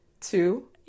two